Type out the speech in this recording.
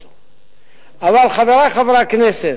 אבל, חברי חברי הכנסת,